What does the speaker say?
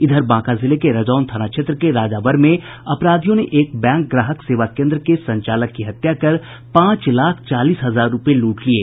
इधर बांका जिले के रजौन थाना क्षेत्र के राजावर में अपराधियों ने एक बैंक ग्राहक सेवा केन्द्र के संचालक की हत्या कर पांच लाख चालीस हजार रूपये लूट लिये